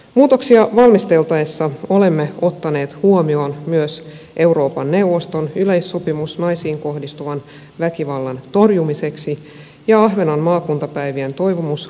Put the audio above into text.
muutoksia valmisteltaessa olemme ottaneet huomioon myös euroopan neuvoston yleissopimuksen naisiin kohdistuvan väkivallan torjumiseksi ja ahvenanmaan maakuntapäivien toivomusaloitteen asiasta